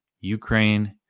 Ukraine